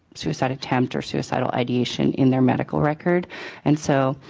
suicide attempt or suicidal ideation in their medical record and so,